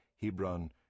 Hebron